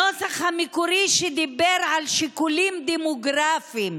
הנוסח המקורי דיבר על שיקולים דמוגרפיים.